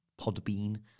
Podbean